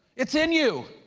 it's in you.